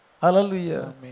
Hallelujah